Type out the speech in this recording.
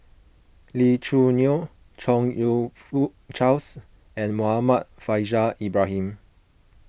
Lee Choo Neo Chong You Fook Charles and Muhammad Faishal Ibrahim